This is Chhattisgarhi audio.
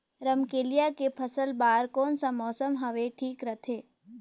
रमकेलिया के फसल बार कोन सा मौसम हवे ठीक रथे?